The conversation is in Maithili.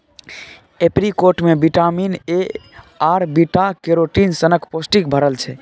एपरीकोट मे बिटामिन ए आर बीटा कैरोटीन सनक पौष्टिक भरल छै